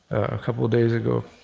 a couple days ago,